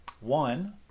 one